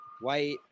White